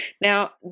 Now